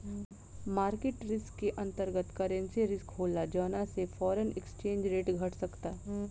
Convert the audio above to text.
market risk के अंतर्गत, currency risk होला जौना से फॉरेन एक्सचेंज रेट घट सकता